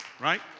right